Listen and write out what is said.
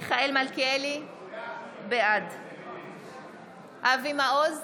מיכאל מלכיאלי, בעד אבי מעוז,